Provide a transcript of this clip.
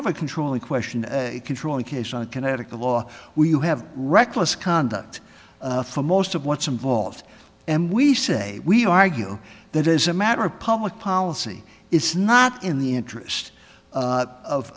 have a controlling question controlling case on connecticut law we you have reckless conduct for most of what's involved and we say we argue that is a matter of public policy it's not in the interest